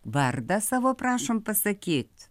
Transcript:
vardą savo prašom pasakyt